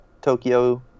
Tokyo